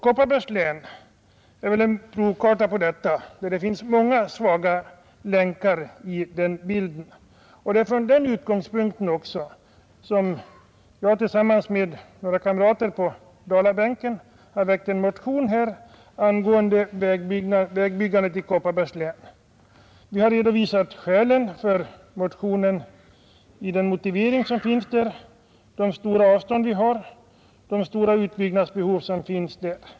Kopparbergs län är en provkarta på detta, att det finns många svaga länkar i vägbilden. Det är också från den utgångspunkten som jag tillsammans med övriga centerpartister på Dalabänken har väckt motionen 918 angående vägbyggandet i Kopparbergs län. Vi har i motionen redovisat skälen — de stora avstånd vi har och de stora utbyggnadsbehov som finns.